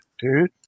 dude